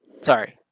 Sorry